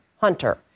Hunter